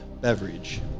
beverage